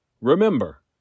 Remember